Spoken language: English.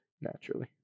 naturally